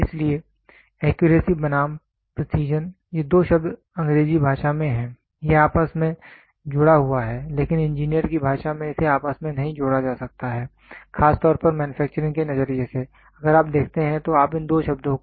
इसलिए एक्यूरेसी बनाम प्रेसीजन ये 2 शब्द अंग्रेजी भाषा में हैं यह आपस में जुड़ा हुआ है लेकिन इंजीनियर की भाषा में इसे आपस में नहीं जोड़ा जा सकता है खासतौर पर मैन्युफैक्चरिंग के नज़रिए से अगर आप देखते हैं तो आप इन 2 शब्दों को इंटरचेंज नहीं कर सकते हैं